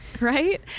Right